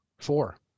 Four